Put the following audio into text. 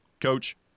Coach